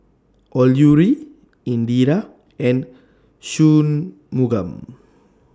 Alluri Indira and Shunmugam